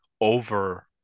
over